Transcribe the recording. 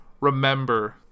remember